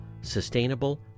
sustainable